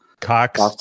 Cox